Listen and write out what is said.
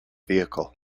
vehicle